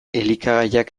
elikagaiak